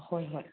ꯍꯣꯏ ꯍꯣꯏ